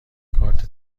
کارت